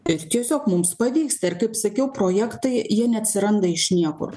ir tiesiog mums pavyksta ir kaip sakiau projektai jie neatsiranda iš niekur